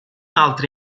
altre